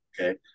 okay